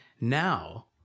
Now